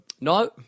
No